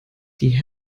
die